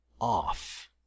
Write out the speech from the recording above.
off